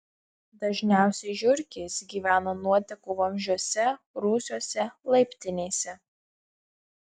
dažniausiai žiurkės gyvena nuotekų vamzdžiuose rūsiuose laiptinėse